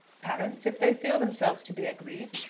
parents, if they feel themselves to be aggrieved,